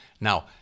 Now